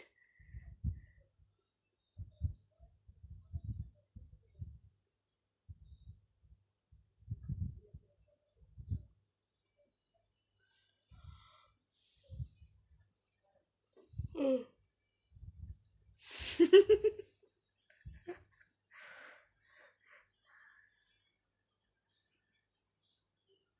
mm